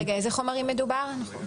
אילו חומרים מדובר?